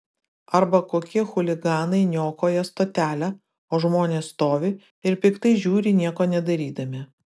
arba kokie chuliganai niokoja stotelę o žmonės stovi ir piktai žiūri nieko nedarydami